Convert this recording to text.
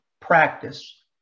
practice